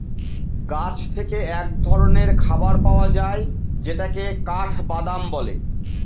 গাছ থেকে এক ধরনের খাবার পাওয়া যায় যেটাকে কাঠবাদাম বলে